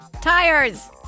Tires